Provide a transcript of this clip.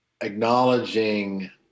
acknowledging